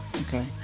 Okay